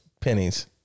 Pennies